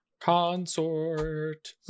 Consort